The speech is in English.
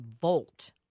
Volt